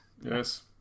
yes